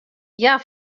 hja